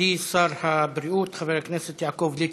מכובדי שר הבריאות חבר הכנסת יעקב ליצמן.